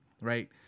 Right